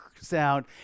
sound